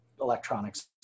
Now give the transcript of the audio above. electronics